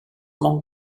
among